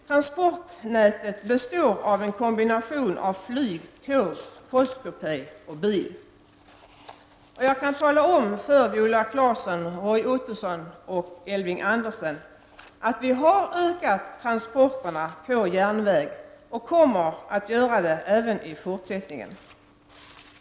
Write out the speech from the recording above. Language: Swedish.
Transportnätet består av en kombination av flyg, tåg, postkupé och bil. Jag kan tala om för Viola Claesson, Roy Ottosson och Elving Andersson att vi har ökat transporterna på järnväg och kommer att göra det även i fortsättningen.